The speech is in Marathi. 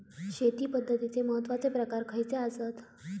शेती पद्धतीचे महत्वाचे प्रकार खयचे आसत?